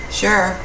sure